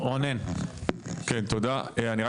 רונן, בבקשה.